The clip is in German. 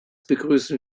begrüßen